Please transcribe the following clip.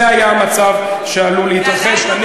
זה היה המצב שעלול היה להתרחש.